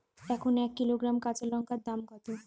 এখন এক কিলোগ্রাম কাঁচা লঙ্কার দাম কত?